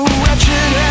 wretched